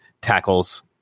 tackles